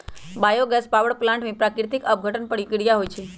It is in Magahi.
बायो गैस पावर प्लांट में प्राकृतिक अपघटन प्रक्रिया होइ छइ